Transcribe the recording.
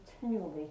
continually